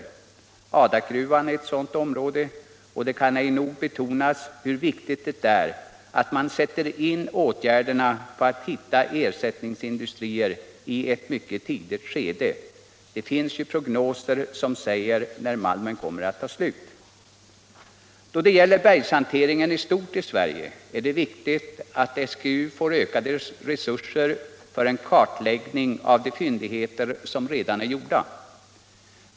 Adakgruvan ligger inom = regionalpolitik ett sådant område, och det kan ej nog betonas hur viktigt det är att man sätter in åtgärder för att hitta ersättningsindustrier i ett tidigt skede. Det finns ju prognoser som säger när malmen kommer att ta slut. Då det gäller bergshanteringen i stort i Sverige är det viktigt att Sveriges geologiska undersökning får ökade resurser för en kartläggning av de fyndigheter som redan upptäckts.